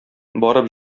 барып